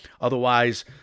Otherwise